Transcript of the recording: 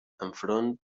enfront